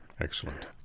Excellent